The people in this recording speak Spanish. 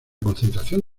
concentración